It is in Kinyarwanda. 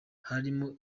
harimo